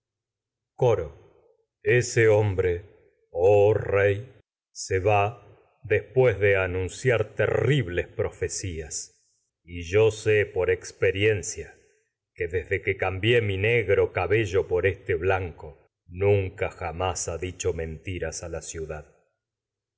coro ciar ese hombre oh rey profecías mi y yo se después de terribles sé por experiencia por que desde que cambié negro cabello a este blanco nunca jamás ha dicho mentiras la ciudad